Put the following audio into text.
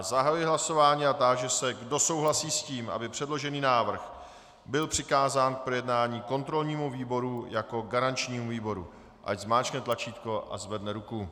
Zahajuji hlasování a táži se, kdo souhlasí s tím, aby předložený návrh byl přikázán k projednání kontrolnímu výboru jako výboru garančnímu, ať zmáčkne tlačítko a zvedne ruku.